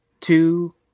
two